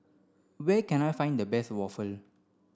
where can I find the best waffle